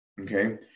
Okay